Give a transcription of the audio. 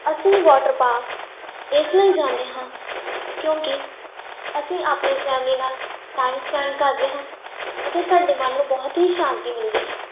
ਅਸੀਂ water parks ਇਸ ਲਈ ਜਾਂਦੇ ਹਾਂ ਕਿਉਂਕਿ ਅਸੀਂ ਆਪਣੇ ਫੈਮਲੀ ਨਾਲ ਟਾਈਮ ਸਪੈਂਡ ਕਰਦੇ ਹਾਂ ਅਤੇ ਸਾਡੇ ਮਨ ਨੂੰ ਬਹੁਤ ਹੀ ਸ਼ਾਂਤੀ ਮਿਲਦੀ ਹੈ